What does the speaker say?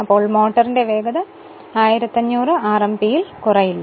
ഇതിനാൽ തന്നെ മോട്ടോറിന്റെ വേഗത 1500 RMPയിൽ കുറയില്ല